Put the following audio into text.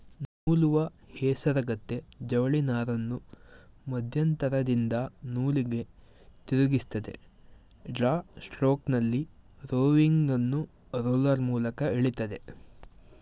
ನೂಲುವ ಹೇಸರಗತ್ತೆ ಜವಳಿನಾರನ್ನು ಮಧ್ಯಂತರದಿಂದ ನೂಲಿಗೆ ತಿರುಗಿಸ್ತದೆ ಡ್ರಾ ಸ್ಟ್ರೋಕ್ನಲ್ಲಿ ರೋವಿಂಗನ್ನು ರೋಲರ್ ಮೂಲಕ ಎಳಿತದೆ